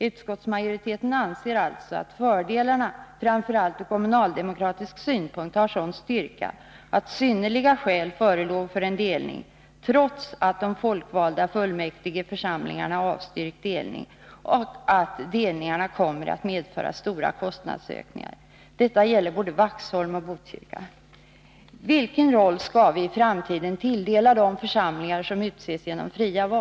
Utskottsmajoriteten anser alltså att fördelarna, framför allt ur kommunaldemokratisk synpunkt, har sådan styrka att synnerliga skäl förelåg för en delning—trots att de folkvalda fullmäktigeförsamlingarna avstyrkt delning och att delningarna kommer att medföra stora kostnadsökningar. Detta gäller både Vaxholm och Botkyrka. Vilken roll skall vi i framtiden tilldela de församlingar som utses genom fria val?